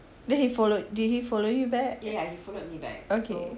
then he followed did he follow you back okay